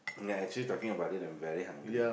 ya actually talking about it I'm very hungry